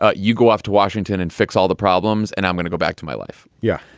ah you go off to washington and fix all the problems. and i'm going to go back to my life. yeah.